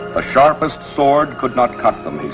ah sharpest sword could not cut them, he